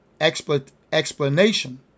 explanation